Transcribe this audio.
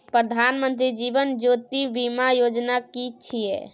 प्रधानमंत्री जीवन ज्योति बीमा योजना कि छिए?